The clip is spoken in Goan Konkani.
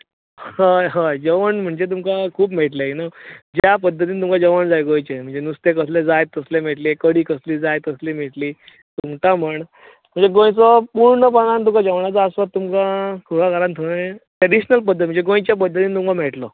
हय हय जेवण म्हणचें तुमकां खूब मेळटलें यू नो ज्या पद्दतीन तुमकां जेवण जाय गोंयचें म्हणजे नुस्तें कसलें जाय तसलें मेळटलें कडी कसली जाय तसली मेळटली सुंगटा म्हण म्हणचे गोंयचो पुर्णपणान तुका जेवणाचो आस्वाद तुमकां कुऴागरांत थंय ट्रेडिशनल पद्दतीन म्हणचे गोंयचे पद्दतीन तुमकां मेळटलो